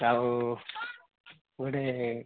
ଆଉ ଗୋଟେ